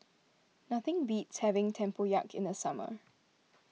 nothing beats having Tempoyak in the summer